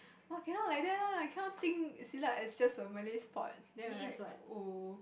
!wah! cannot like that lah cannot think Silat as just a Malay sport then I'm like like oh